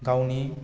गावनि